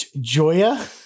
Joya